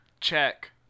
Check